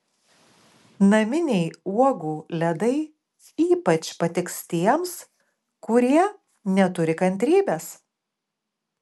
naminiai uogų ledai ypač patiks tiems kurie neturi kantrybės